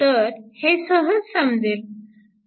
तर हे सहज समजेल